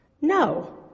No